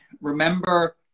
remember